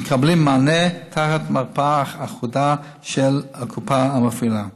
ומקבלים מענה תחת מרפאה אחודה של הקופה המפעילה.